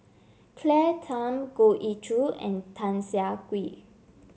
Claire Tham Goh Ee Choo and Tan Siah Kwee